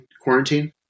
quarantine